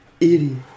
Idiot